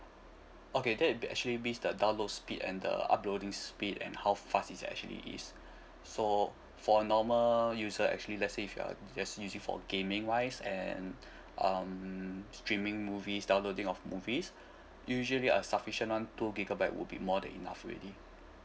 okay that will be actually means the download speed and the uploading speed and how fast it actually is so for normal user actually let say if you are just use it for gaming wise and um streaming movies downloading of movies usual be a sufficient one two gigabyte will be more than enough already